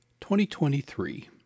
2023